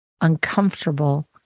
uncomfortable